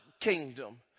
kingdom